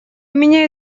меня